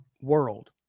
world